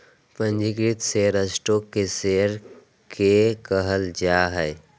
पंजीकृत share stock के share के कहल जा हइ